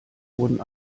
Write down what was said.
wurden